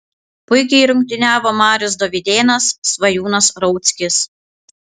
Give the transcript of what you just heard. puikiai rungtyniavo marius dovydėnas svajūnas rauckis